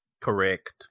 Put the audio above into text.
Correct